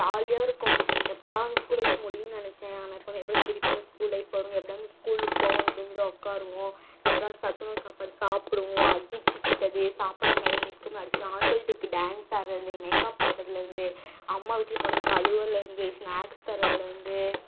ஜாலியாக இருக்கும் எப்படா அந்த ஸ்கூல் லைஃப் முடியும்னு நினச்சேன் ஆனால் இப்போ தான் எப்படா திருப்பியும் அந்த ஸ்கூல் லைஃப் வரும் எப்படா அந்த ஸ்கூலுக்கு போவோம் அந்த பெஞ்ஸில் உட்காருவோம் எப்படா சத்துணவு சாப்பாடு சாப்பிடுவோம் அடிச்சிக்கிட்டது சாப்பிடாம நிற்கும் அடிச்சிக்க ஆனுவல் டேவுக்கு டான்ஸ் ஆடுறதிலருந்து மேக்அப் பண்ணுறதுலருந்து அம்மா விட்டுட்டு போனதுக்கு அழுகுறதுலருந்து ஸ்னாக்ஸ் தர்றதிலருந்து